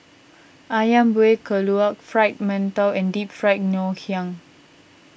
Ayam Buah Keluak Fried Mantou and Deep Fried Ngoh Hiang